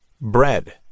Bread